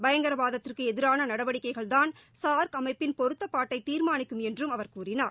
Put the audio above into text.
பயங்கரவாதத்திற்கு எதிரான நடவடிக்கைகள் தான் சார்க் அமைப்பின் பொருத்தப்பாட்டை தீர்மானிக்கும் என்றும் அவர் கூறினார்